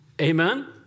Amen